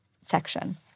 section